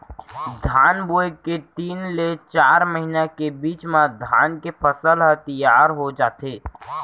धान बोए के तीन ले चार महिना के बीच म धान के फसल ह तियार हो जाथे